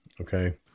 okay